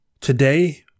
Today